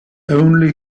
only